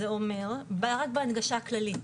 זה אומר רק בהנגשה הכללית.